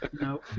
No